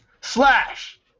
Slash